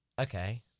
okay